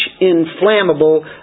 inflammable